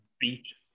beach